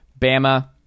Bama